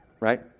Right